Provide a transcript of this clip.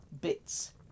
bits